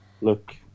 Look